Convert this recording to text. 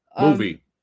movie